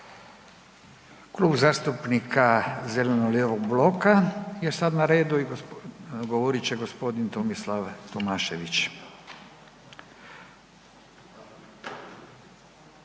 Klub zastupnika zeleno-lijevog bloka je sad na redu i govorit će gospodin Tomislav Tomašević.